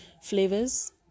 flavors